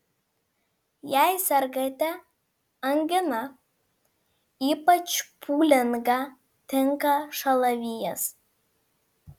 jei sergate angina ypač pūlinga tinka šalavijas